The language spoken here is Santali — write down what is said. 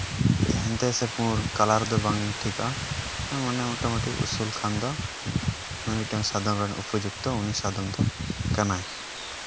ᱦᱮᱸᱫᱮ ᱥᱮ ᱯᱩᱬ ᱠᱟᱞᱟᱨ ᱫᱚ ᱵᱟᱝ ᱴᱷᱤᱠᱟᱜᱼᱟ ᱢᱳᱴᱟᱢᱩᱴᱤ ᱩᱥᱩᱞ ᱠᱷᱟᱱ ᱫᱚ ᱢᱤᱫᱴᱟᱱ ᱥᱟᱫᱚᱢ ᱨᱮᱱ ᱩᱯᱚᱡᱩᱠᱛᱚ ᱩᱱᱤ ᱥᱟᱫᱚᱢ ᱫᱚ ᱠᱟᱱᱟᱭ